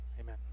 Amen